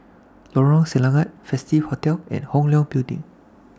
Lorong Selangat Festive Hotel and Hong Leong Building